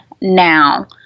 now